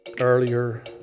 Earlier